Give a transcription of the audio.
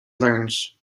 learns